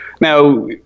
Now